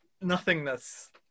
nothingness